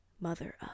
mother